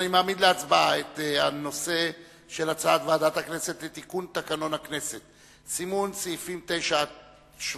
אני מעמיד להצבעה את הצעת ועדת הכנסת לסימון סעיפים 9 17,